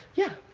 yeah.